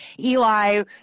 Eli